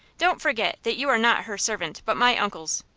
don't forget that you are not her servant, but my uncle's.